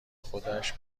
خودش